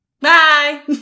Bye